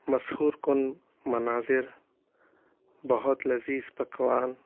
مسحور کن مناظر بہت لذیذ پکوان